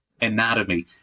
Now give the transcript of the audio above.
anatomy